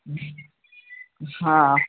हा